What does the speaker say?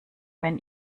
wenn